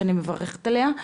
שאני מברכת עליה,